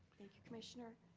thank you, commissioner,